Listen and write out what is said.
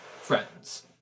friends